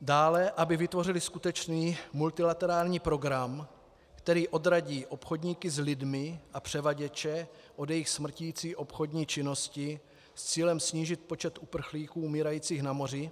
Dále, aby vytvořily skutečný multilaterální program, který odradí obchodníky s lidmi a převaděče od jejich smrticí obchodní činnosti s cílem snížit počet uprchlíků umírajících na moři,